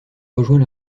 rejoint